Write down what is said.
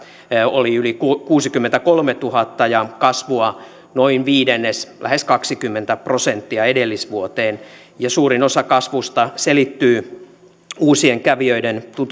oli yli kuusikymmentäkolmetuhatta ja kasvua oli noin viidennes lähes kaksikymmentä prosenttia edellisvuoteen suurin osa kasvusta selittyy uusien kävijöiden